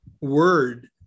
word